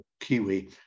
Kiwi